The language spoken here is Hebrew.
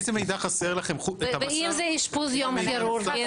ואם זה אשפוז יום כירורגי?